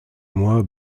moi